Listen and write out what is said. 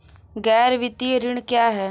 गैर वित्तीय ऋण क्या है?